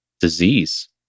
disease